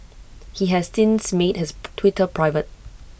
he has since made his Twitter private